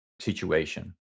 situation